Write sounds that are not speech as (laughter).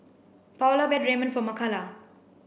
Paola (unintelligible) Ramen for Makala